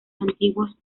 antiguos